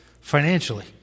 financially